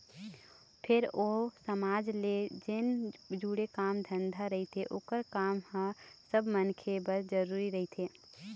फेर ओ समाज ले जेन जुड़े काम धंधा रहिथे ओखर काम ह सब मनखे बर जरुरी रहिथे